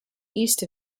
east